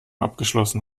abgeschlossen